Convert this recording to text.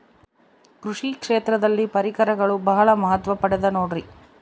ಕೃಷಿ ಕ್ಷೇತ್ರದಲ್ಲಿ ಪರಿಕರಗಳು ಬಹಳ ಮಹತ್ವ ಪಡೆದ ನೋಡ್ರಿ?